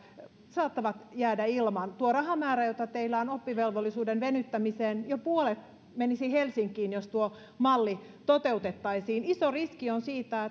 saattavat jäädä ilman tuosta rahamäärästä joka teillä on oppivelvollisuuden venyttämiseen jo puolet menisi helsinkiin jos tuo malli toteutettaisiin iso riski on siitä